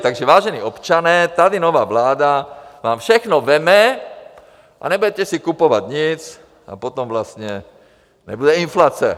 Takže vážení občané, tady nová vláda vám všechno vezme a nebudete si kupovat nic a potom vlastně nebude inflace.